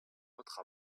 autre